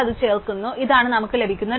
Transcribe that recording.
ചേർക്കുന്നു ഇതാണ് നമുക്ക് ലഭിക്കുന്ന ട്രീ